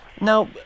Now